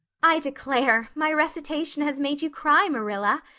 i declare, my recitation has made you cry, marilla,